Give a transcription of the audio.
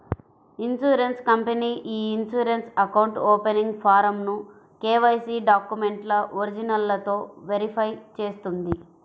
insurance company ఇ insurance account opening ఫారమ్ను KYC డాక్యుమెంట్ల ఒరిజినల్లతో వెరిఫై చేస్తుంది